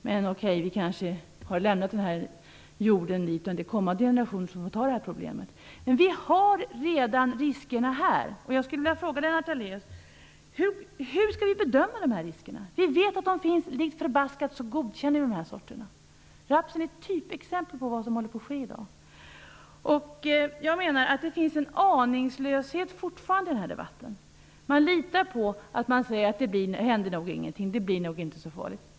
Men okej, vi kanske har lämnat den här jorden då och det är kommande generationer som får ta det här problemet. Riskerna finns redan, och jag skulle vilja fråga Lennart Daléus: Hur skall vi bedöma riskerna? Vi vet att de finns, men lik förbaskat godkänner vi de här sorterna. Rapsen är ett typexempel på vad som håller på att ske. Det finns fortfarande en aningslöshet i debatten. Man litar på att det inte händer någonting. Man tror att det inte blir så farligt.